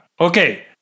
Okay